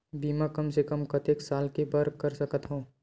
बीमा कम से कम कतेक साल के बर कर सकत हव?